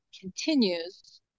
continues